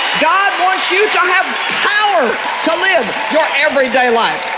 god wants you to have power to live your everyday life,